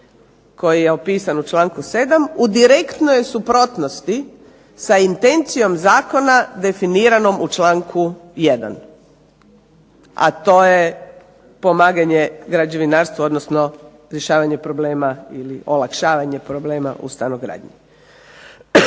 koji je opisan u članku 7. u direktnoj je suprotnosti sa intencijom zakona definiranom u članku 1., a to je pomaganje građevinarstvu odnosno rješavanje problema ili olakšavanje problema u stanogradnji.